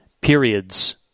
periods